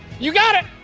you got it.